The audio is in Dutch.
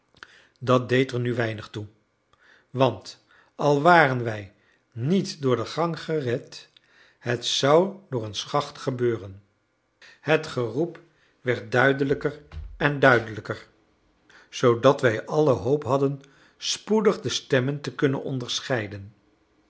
dat deed er nu weinig toe want al waren wij niet door de gang gered het zou door een schacht gebeuren het geroep werd duidelijker en duidelijker zoodat wij alle hoop hadden spoedig de stemmen te kunnen onderscheiden